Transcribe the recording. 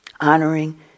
honoring